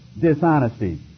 dishonesty